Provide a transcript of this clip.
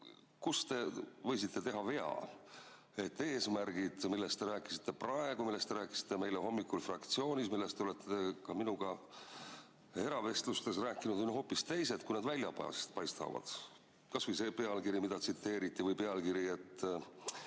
Kus te võisite teha vea, et eesmärgid, millest te rääkisite praegu, millest te rääkisite meile hommikul fraktsioonis, millest te olete ka minuga eravestlustes rääkinud, on hoopis teised, kui nad välja paistavad? Kas või see pealkiri, mida tsiteeriti, et